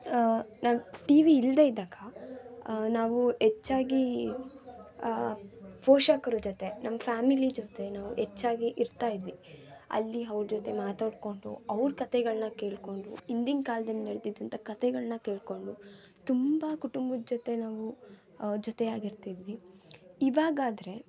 ನಾವು ಟಿವಿ ಇಲ್ಲದೆ ಇದ್ದಾಗ ನಾವು ಹೆಚ್ಚಾಗಿ ಪೋಷಕರ ಜೊತೆ ನಮ್ಮ ಫ್ಯಾಮಿಲಿ ಜೊತೆ ನಾವು ಹೆಚ್ಚಾಗಿ ಇರ್ತಾಯಿದ್ವಿ ಅಲ್ಲಿ ಅವ್ರ ಜೊತೆ ಮಾತಾಡಿಕೊಂಡು ಅವ್ರ ಕತೆಗಳನ್ನ ಕೇಳಿಕೊಂಡು ಹಿಂದಿನ ಕಾಲ್ದಲ್ಲಿ ನಡೆದಿದ್ದಂಥ ಕತೆಗಳನ್ನ ಕೇಳಿಕೊಂಡು ತುಂಬ ಕುಟುಂಬದ ಜೊತೆ ನಾವು ಜೊತೆಯಾಗಿರ್ತಿದ್ವಿ ಇವಾಗಾದರೆ